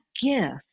gift